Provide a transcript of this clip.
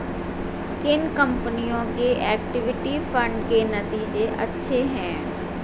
किन कंपनियों के इक्विटी फंड के नतीजे अच्छे हैं?